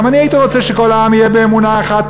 גם אני הייתי רוצה שכל העם יהיה באמונה אחת,